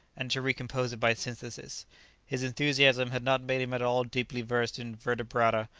and to recompose it by synthesis his enthusiasm had not made him at all deeply versed in vertebrata,